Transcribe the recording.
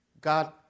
God